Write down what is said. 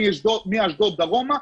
מאשדוד דרומה,